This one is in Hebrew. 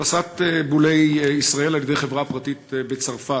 הדפסת בולי ישראל על-ידי חברה פרטית בצרפת,